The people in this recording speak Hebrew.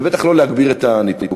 ובטח לא להגביר את הניתוק.